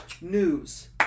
news